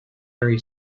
very